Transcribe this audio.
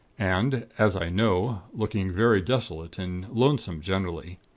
and, as i know, looking very desolate and lonesome generally.